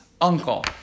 uncle